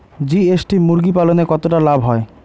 GST মুরগি পালনে কতটা লাভ হয়?